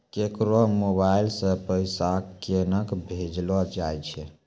केकरो मोबाइल सऽ पैसा केनक भेजलो जाय छै?